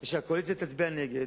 והקואליציה תצביע נגד,